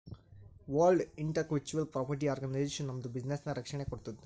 world intellectual property organization ನಮ್ದು ಬಿಸಿನ್ನೆಸ್ಗ ರಕ್ಷಣೆ ಕೋಡ್ತುದ್